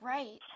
Right